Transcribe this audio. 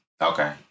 okay